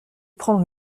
prendre